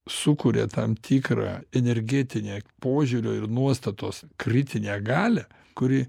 sukuria tam tikrą energetinę požiūrio ir nuostatos kritinę galią kuri